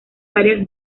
varias